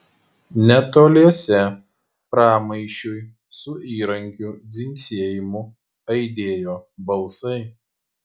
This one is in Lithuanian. netoliese pramaišiui su įrankių dzingsėjimu aidėjo balsai